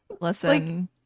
Listen